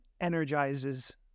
energizes